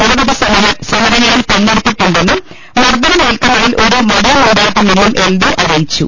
നിരവധി സമരങ്ങളിൽ പങ്കെടുത്തിട്ടുണ്ടെന്നും മർദ്ദനമേൽക്കുന്ന തിൽ ഒരുമടിയുമുണ്ടായിട്ടില്ലെന്നും എൽദോ അറിയിച്ചു